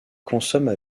consomment